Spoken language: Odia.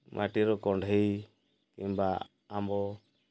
ମାଟିର କଣ୍ଢେଇ କିମ୍ବା ଆମ୍ବ